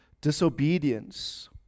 disobedience